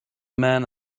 man